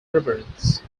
reverence